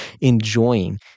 enjoying